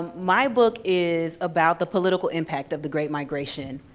my book is about the political impact of the great migration.